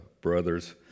brothers